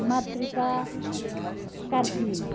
Matrika Karki